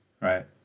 Right